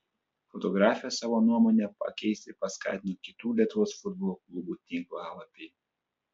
fotografę savo nuomonę pakeisti paskatino kitų lietuvos futbolo klubų tinklalapiai